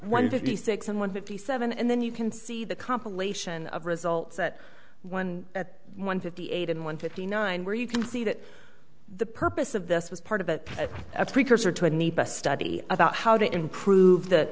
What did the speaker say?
one fifty six and one fifty seven and then you can see the compilation of results at one at one fifty eight and one fifty nine where you can see that the purpose of this was part of a precursor to a need to study about how to improve th